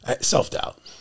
self-doubt